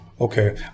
Okay